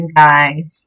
guys